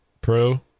pro